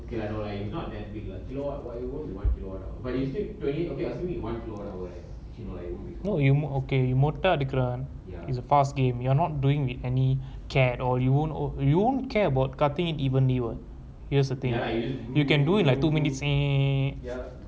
no you okay you மொட்டைஅடிக்கிறான்:mottai adikiraan is a fast game you're not doing any cat or you won't you won't care about cutting it evenly what here's the thing you can do it in like two minutes